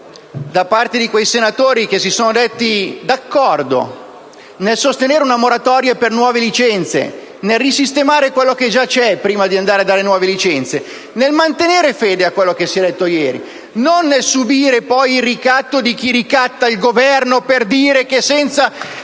da parte di quei senatori che si sono detti d'accordo nel sostenere una moratoria per nuove licenze: nel risistemare quello che già esiste prima di concedere nuove licenze; chiederei di mantenere fede a quello che si è detto ieri e di non subire poi la pressione di chi ricatta il Governo per dire che, senza